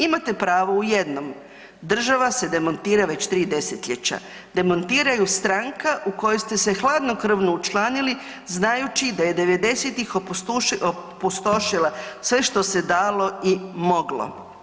Imate pravo u jednom, država se demontira već tri desetljeća, demantira ju stranka u kojoj ste se hladnokrvno učlanili znajući da je devedesetih opustošila sve što se dalo i moglo.